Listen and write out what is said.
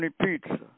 pizza